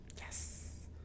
yes